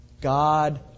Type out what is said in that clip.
God